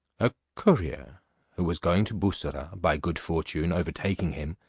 a courier who was going to bussorah, by good fortune overtaking him,